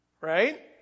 Right